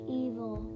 evil